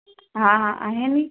हा हा आहे न